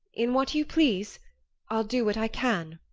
in what you please i'll do what i can.